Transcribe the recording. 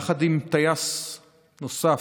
יחד עם טייס נוסף,